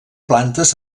plantes